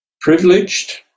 privileged